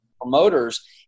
promoters